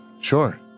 Sure